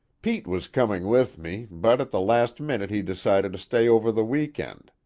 pete was coming with me, but at the last minute he decided to stay over the week-end.